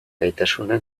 gaitasuna